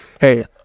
hey